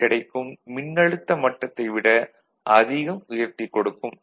ல் கிடைக்கும் மின்னழுத்த மட்டத்தை விட அதிகம் உயர்த்திக் கொடுக்கும்